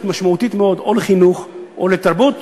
משמעותית מאוד או לחינוך או לתרבות,